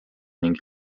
ning